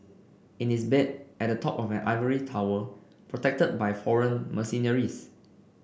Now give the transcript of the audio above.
in his bed at the top of an ivory tower protected by foreign mercenaries